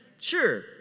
Sure